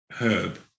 herb